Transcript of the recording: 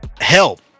help